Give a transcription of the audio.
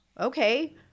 Okay